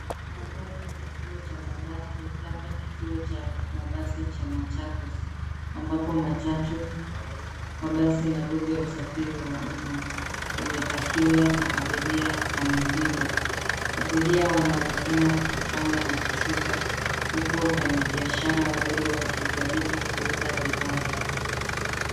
Mandhari ya kituo cha mabasi, labda kituo cha mabasi cha Machakos. Ambapo matatu, mabasi madogo ya usafiri wa umma yamepakiwa na abiria na mizigo. Abiria wanaonekana wakipanda na kushuka, huku wanabiashara wadogo wakijaribu kuuza bidhaa zao.